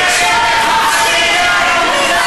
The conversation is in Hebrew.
תקשורת חופשית?